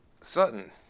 Sutton